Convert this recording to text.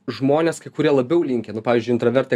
žmonės kai kurie labiau linkę nu pavyzdžiu intravertai